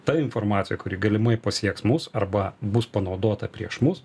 ta informacija kuri galimai pasieks mus arba bus panaudota prieš mus